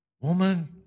Woman